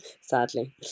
sadly